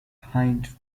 hind